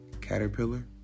Caterpillar